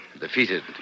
defeated